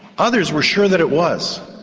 others were sure that it was.